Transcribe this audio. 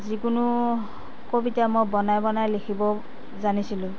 যিকোনো কবিতা মই বনাই বনাই লিখিব জানিছিলোঁ